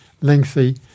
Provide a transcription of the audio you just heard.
lengthy